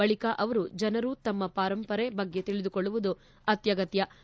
ಬಳಿಕ ಅವರು ಜನರು ತಮ್ನ ಪರಂಪರೆ ಬಗ್ಗೆ ತಿಳಿದುಕೊಳ್ಳುವುದು ಅತ್ಯಗತ್ನ